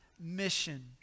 mission